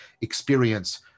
experience